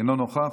אינו נוכח,